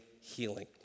healing